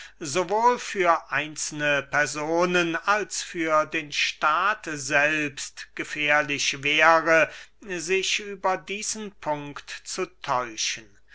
sowohl für einzelne personen als für den staat selbst gefährlich wäre sich über diesen punkt zu täuschen